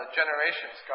generations